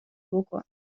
بکن